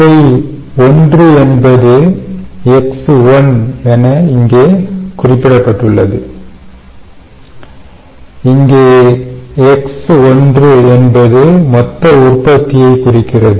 துறை1 என்பது X1 என இங்கே குறிப்பிடப்பட்டுள்ளது இந்த X1 என்பது மொத்த உற்பத்தியை குறிக்கிறது